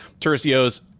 Tercios